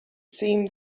seemed